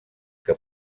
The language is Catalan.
que